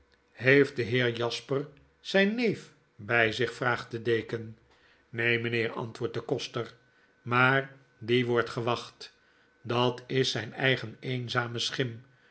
heeft de heer jasper zyn neef bij zich vraagt de deken neen mynheer antwoordt de koster maar die wordt gewacht dat is zyn eigen eenzame schim